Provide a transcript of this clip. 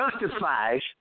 justifies